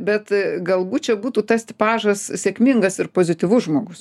bet galbūt čia būtų tas tipažas sėkmingas ir pozityvus žmogus